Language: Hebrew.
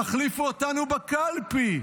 תחליפו אותנו בקלפי.